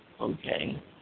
Okay